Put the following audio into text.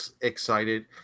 excited